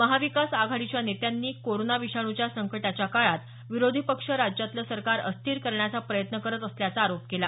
महाविकास आघाडीच्या नेत्यांनी कोरोना विषाणुच्या संकटाच्या काळात विरोधी पक्ष राज्यातलं सरकार अस्थिर करण्याचा प्रयत्न करत असल्याचा आरोप केला